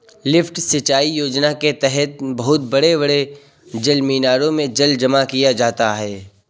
lift सिंचाई योजना के तहद बहुत बड़े बड़े जलमीनारों में जल जमा किया जाता है